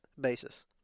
basis